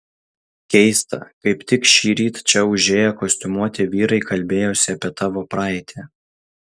keista kaip tik šįryt čia užėję kostiumuoti vyrai kalbėjosi apie tavo praeitį